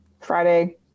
Friday